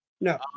no